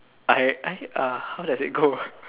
I I uh how does it go